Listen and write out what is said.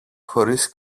χωρίς